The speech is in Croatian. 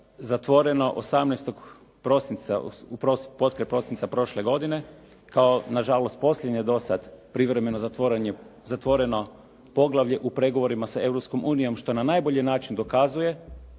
zatvoreno 18. prosinca, potkraj prosinca prošle godine, kao nažalost posljednje do sada privremeno zatvoreno poglavlje u pregovorima sa Europskom unijom što na najbolji način dokazuje